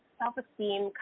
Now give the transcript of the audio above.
self-esteem